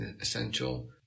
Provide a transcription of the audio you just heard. essential